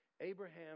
Abraham